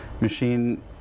machine